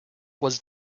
was